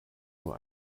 nur